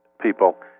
people